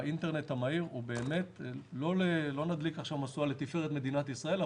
האינטרנט המהיר - לא נדליק עכשיו משואה לתפארת מדינת ישראל,